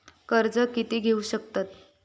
कर्ज कीती घेऊ शकतत?